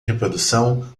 reprodução